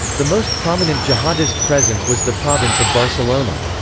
the most prominent jihadist presence was the province of barcelona.